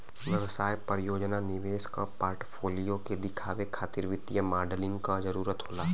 व्यवसाय परियोजना निवेश के पोर्टफोलियो के देखावे खातिर वित्तीय मॉडलिंग क जरुरत होला